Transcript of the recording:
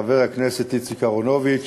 חבר הכנסת איציק אהרונוביץ,